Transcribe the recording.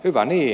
hyvä niin